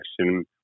action